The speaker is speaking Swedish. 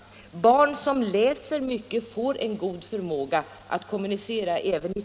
De barn som läser mycket får god förmåga att kommunicera med tal.